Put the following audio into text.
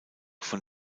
von